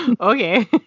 okay